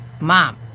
mom